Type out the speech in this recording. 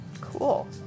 Cool